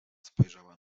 spojrzała